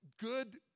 good